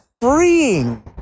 freeing